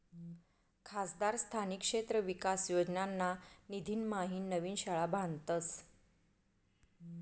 खासदार स्थानिक क्षेत्र विकास योजनाना निधीम्हाईन नवीन शाळा बांधतस